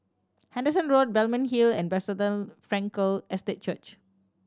Henderson Road Balmeg Hill and Bethesda Frankel Estate Church